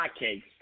hotcakes